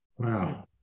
Wow